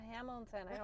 Hamilton